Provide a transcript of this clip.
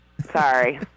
Sorry